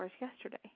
yesterday